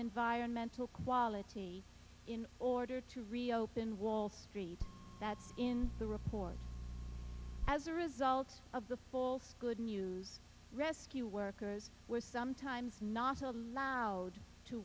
environmental quality in order to reopen wall street that's in the report as a result of the false good news rescue workers were sometimes not allowed to